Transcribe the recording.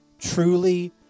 Truly